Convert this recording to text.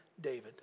David